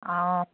অঁ